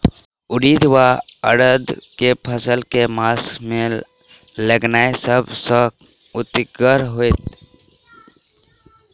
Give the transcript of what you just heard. उड़ीद वा उड़द केँ फसल केँ मास मे लगेनाय सब सऽ उकीतगर हेतै?